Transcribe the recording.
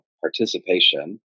participation